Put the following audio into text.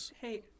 Hey